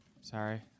sorry